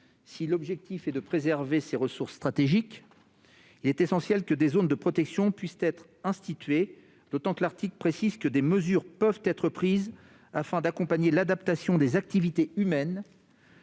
Si l'objectif est de préserver ces ressources stratégiques, il est essentiel que des zones de protection puissent être instituées, d'autant que l'article précise que des mesures peuvent être prises afin d'accompagner l'adaptation des activités humaines